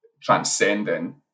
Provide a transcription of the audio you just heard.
transcending